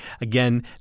Again